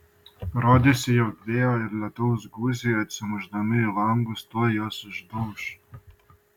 rodėsi jog vėjo ir lietaus gūsiai atsimušdami į langus tuoj juos išdauš